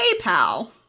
PayPal